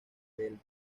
del